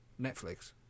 Netflix